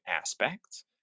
aspects